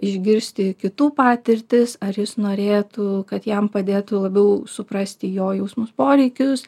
išgirsti kitų patirtis ar jis norėtų kad jam padėtų labiau suprasti jo jausmus poreikius